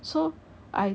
so I